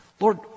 Lord